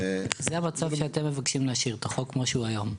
זה המצב כשאתם מבקשים להשאיר את החוק כמו שהוא היום.